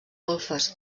golfes